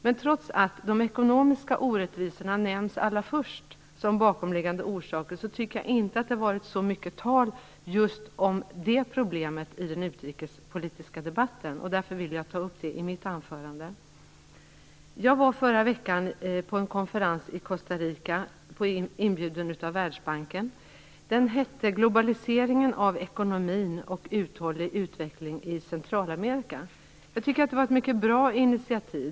Men trots att de ekonomiska orättvisorna nämns allra först bland de bakomliggande orsakerna, tycker jag inte att det har varit så mycket tal om just dem i den utrikespolitiska debatten, och jag vill därför ta upp dem i mitt anförande. Jag var förra veckan på en konferens i Costa Rica på inbjudan av Världsbanken. Dess ämne var globaliseringen av ekonomin och uthållig utveckling i Centralamerika. Jag tycker att det var ett mycket bra initiativ.